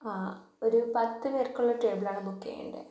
ആ ഒരു പത്തുപേർക്കുള്ള ടേബിളാണ് ബുക്ക് ചെയ്യേണ്ടത്